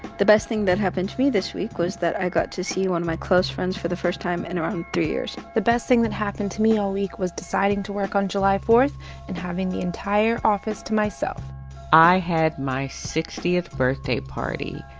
the best thing that happened to me this week was that i got to see one of my close friends for the first time in around three years the best thing that happened to me all week was deciding to work on july four and having the entire office to myself i had my sixtieth birthday party.